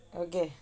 okay